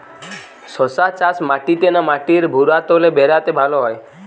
শশা চাষ মাটিতে না মাটির ভুরাতুলে ভেরাতে ভালো হয়?